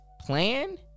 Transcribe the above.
plan